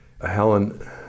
Helen